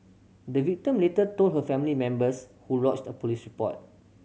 the victim later told her family members who lodged a police report